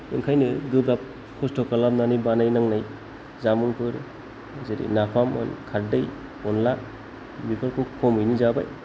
ओंखायनो गोब्राब खस्थ' खालामनानै बानायनांनाय जामुंफोर जेरै नाफाम होन खारदै अनला बेफोरखौ खमैनो जाबाय